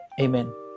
Amen